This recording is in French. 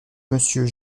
monsieur